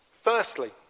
Firstly